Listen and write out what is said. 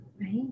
right